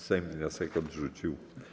Sejm wniosek odrzucił.